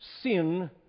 sin